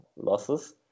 losses